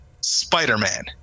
Spider-Man